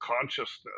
consciousness